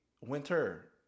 winter